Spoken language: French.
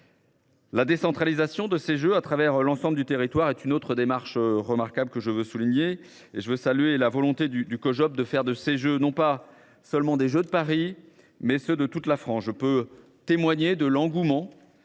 La décentralisation de ces Jeux sur l’ensemble du territoire est une autre démarche remarquable, que je tiens à souligner. À cet égard, je salue la volonté du Cojop de faire de ces jeux non pas seulement les Jeux de Paris, mais ceux de toute la France. Je puis témoigner de l’engouement